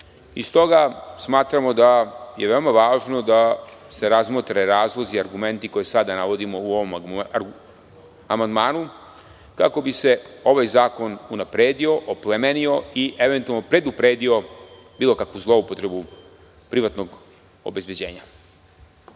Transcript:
Stoga smatramo da je veoma važno da se razmotre razlozi i argumenti koje sada navodimo u ovom amandmanu, kako bi se ovaj zakon unapredio, oplemenio i eventualno predupredio bilo kakvu zloupotrebu privatnog obezbeđenja.